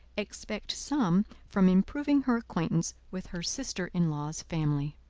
expect some from improving her acquaintance with her sister-in-law's family.